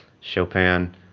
chopin